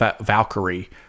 Valkyrie